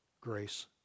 grace